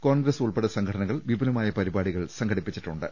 കോൺഗ്രസ് ഉൾപ്പെടെ സംഘടനകൾ വിപുലമായ പരിപാടികൾ സംഘടിപ്പിച്ചിട്ടുണ്ട്